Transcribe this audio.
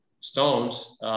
stones